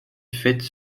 faites